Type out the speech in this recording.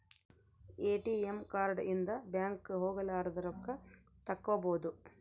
ATM card ಇಂದ bank ಹೋಗಲಾರದ ರೊಕ್ಕ ತಕ್ಕ್ಕೊಬೊದು